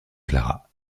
clara